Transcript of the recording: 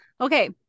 Okay